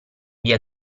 via